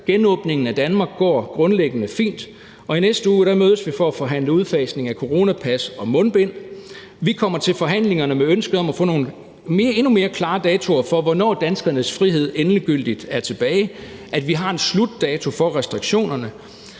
Genåbningen af Danmark går grundlæggende fint. I næste uge mødes vi for at forhandle udfasning af coronapas og mundbind. Vi kommer til forhandlingerne med ønsket om at få nogle endnu mere klare datoer for, hvornår danskernes frihed endegyldigt er tilbage, og at vi har en slutdato for restriktionerne.